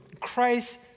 Christ